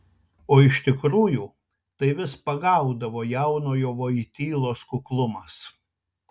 o iš tikrųjų tai vis pagaudavo jaunojo vojtylos kuklumas